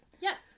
yes